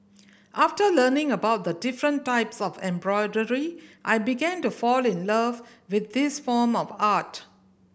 after learning about the different types of embroidery I began to fall in love with this form of art